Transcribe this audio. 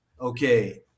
Okay